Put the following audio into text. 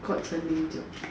called 陈琳久